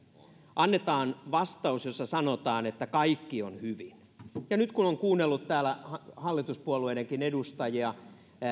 annetaan vastaus jossa sanotaan että kaikki on hyvin nyt kun on kuunnellut täällä hallituspuolueidenkin edustajia